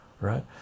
right